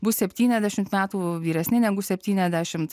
bus septyniasdešimt metų vyresni negu septyniasdešimt